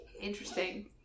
Interesting